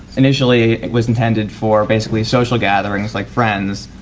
initally was intended for basically social gatherings like friends,